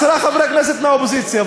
עשרה חברי כנסת מהאופוזיציה.